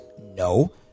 No